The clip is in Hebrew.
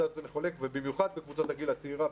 ובמיוחד בקבוצת הגיל הצעירה.